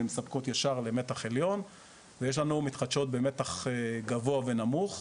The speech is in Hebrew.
והן מספקות ישר למתח עליון ויש לנו מתחדשות במתח גבוה ונמוך.